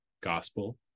gospel